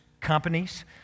companies